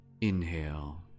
Inhale